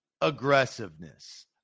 aggressiveness